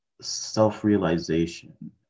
self-realization